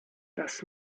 das